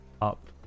up